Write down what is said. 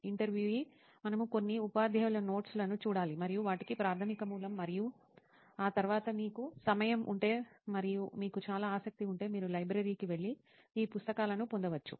ఇంటర్వ్యూఈ మనము కొన్ని ఉపాధ్యాయుల నోట్స్ లను చూడాలి మరియు వాటికి ప్రాధమిక మూలం మరియు ఆ తరువాత మీకు సమయం ఉంటే మరియు మీకు చాలా ఆసక్తి ఉంటే మీరు లైబ్రరీకి వెళ్లి ఈ పుస్తకాలను పొందవచ్చు